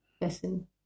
lesson